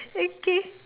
okay